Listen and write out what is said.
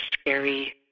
scary